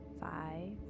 five